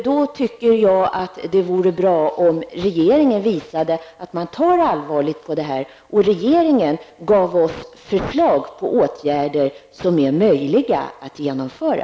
Då tycker jag att det vore bra om regeringen visade att man tar allvarligt på det här och gav oss förslag till åtgärder som är möjliga att genomföra.